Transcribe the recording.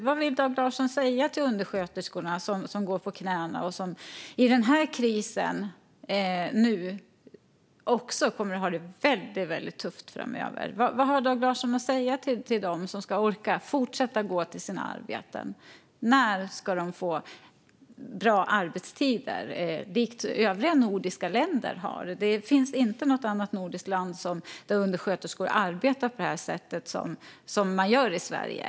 Vad vill Dag Larsson säga till undersköterskorna som går på knäna och som i denna kris har och kommer att ha det väldigt tufft? Vad har Dag Larsson att säga till dem som ska orka fortsätta gå till sina arbeten? När ska de få lika bra arbetstider som i övriga nordiska länder? I inget annat nordiskt land arbetar undersköterskor på det sätt som man gör i Sverige.